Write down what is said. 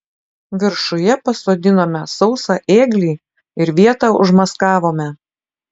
viršuje pasodinome sausą ėglį ir vietą užmaskavome